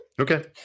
Okay